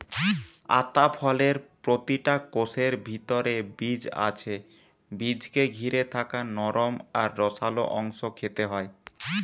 আতা ফলের প্রতিটা কোষের ভিতরে বীজ আছে বীজকে ঘিরে থাকা নরম আর রসালো অংশ খেতে হয়